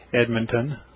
Edmonton